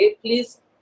please